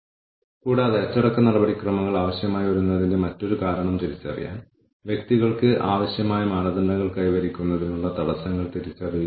അതിനാൽ അവർക്ക് അറിയില്ല മറുവശത്ത് ഈ മാനേജ്മെന്റ് ഇൻഫർമേഷൻ സിസ്റ്റം തടസ്സം എവിടെയാണെന്ന് അവരോട് പറയുകയാണെങ്കിൽ അവർക്ക് വ്യക്തിപരമായി പോയി അപേക്ഷ ശരിയാക്കാൻ ബന്ധപ്പെട്ട വ്യക്തിയോട് അഭ്യർത്ഥിക്കാം